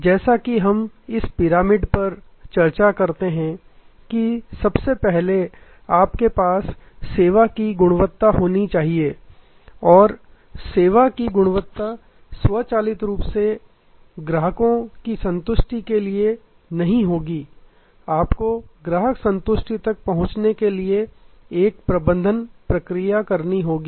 जैसा कि हम इस पिरामिड पर चर्चा करते हैं कि सबसे पहले आपके पास सेवा की गुणवत्ता होनी चाहिए और सेवा की गुणवत्ता स्वचालित रूप से ग्राहकों की संतुष्टि के लिए नहीं होगी आपको ग्राहक संतुष्टि तक पहुंचने के लिए एक प्रबंधन प्रक्रिया करनी होगी